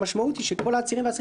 המשמעות היא שאת כל העצירים והאסירים